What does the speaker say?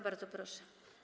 Bardzo proszę.